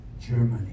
Germany